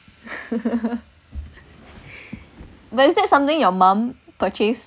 but is that something your mum purchased